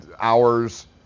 hours